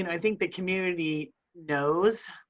you know i think the community knows,